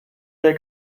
der